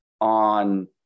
on